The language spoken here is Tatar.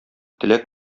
теләк